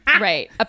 Right